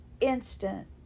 instant